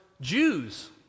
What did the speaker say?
Jews